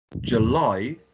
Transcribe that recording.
July